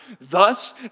Thus